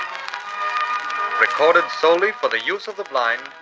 um recorded solely for the use of the blind,